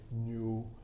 new